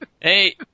Hey